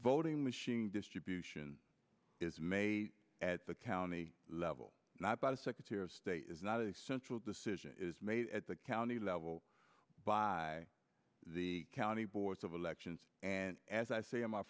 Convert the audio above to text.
voting machine distribution is made at the county level not by the secretary of state is not a central decision is made at the county level by the county boards of elections and as i say i